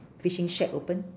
fishing shack open